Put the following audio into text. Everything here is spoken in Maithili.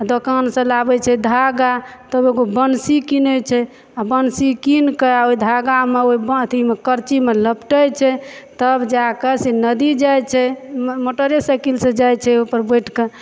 आ दोकानसऽ लाबै छै धागा तऽ एगो बन्सी कीनै छै आ बन्सी कीनिकऽ आ ओइ धागामे ओइ अथीमे करचीमे लपटै छै तब जाएकऽ से नदी जाइ छै मोटरेसाइकिलसऽ जाइ छै ओइपर बैठकऽ